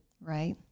right